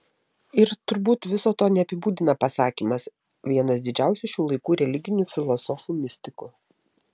ir turbūt viso to neapibūdina pasakymas vienas didžiausių šių laikų religinių filosofų mistikų